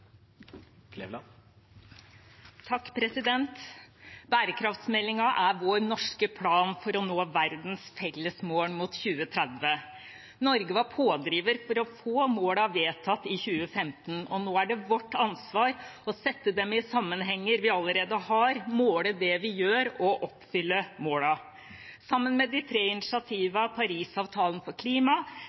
er vår norske plan for å nå verdens felles mål mot 2030. Norge var pådriver for å få målene vedtatt i 2015, og nå er det vårt ansvar å sette dem i sammenhenger vi allerede har, måle det vi gjør, og oppfylle målene. Sammen med de tre initiativene Parisavtalen for klima,